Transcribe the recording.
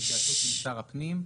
בהתייעצות עם שר הפנים,